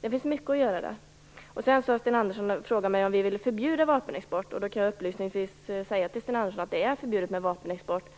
Det finns mycket att göra. Sedan frågade Sten Andersson om vi vill förbjuda vapenexport. Jag kan upplysningsvis säga till Sten Andersson att det är förbjudet med vapenexport.